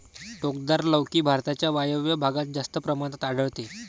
टोकदार लौकी भारताच्या वायव्य भागात जास्त प्रमाणात आढळते